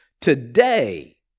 today